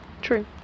True